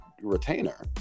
retainer